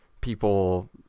people –